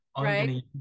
Right